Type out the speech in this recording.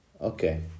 Okay